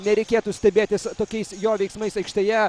nereikėtų stebėtis tokiais jo veiksmais aikštėje